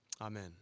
Amen